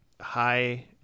high